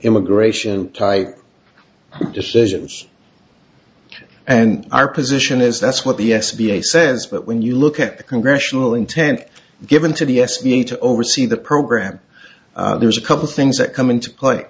immigration tight decisions and our position is that's what the s b a sense but when you look at the congressional intent given to the s b a to oversee the program there's a couple things that come into play